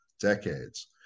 decades